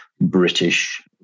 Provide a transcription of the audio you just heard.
British